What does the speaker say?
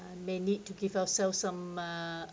may need to give ourselves some uh